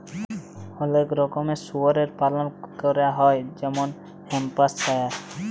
অলেক রকমের শুয়রের পালল ক্যরা হ্যয় যেমল হ্যাম্পশায়ার